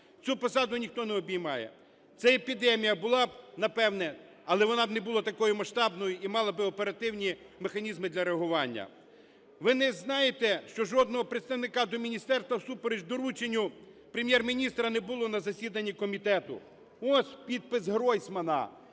Цю посаду ніхто не обіймає. Ця епідемія була б, напевно, але вона б не була такою масштабною і мала би оперативні механізми для реагування. Ви не знаєте, що жодного представника до міністерства всупереч дорученню Прем'єр-міністра не було на засіданні комітету? Ось підпис Гройсмана: